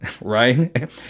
right